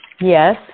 Yes